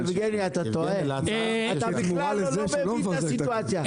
יבגני אתה טועה, אתה לא מבין את הסיטואציה.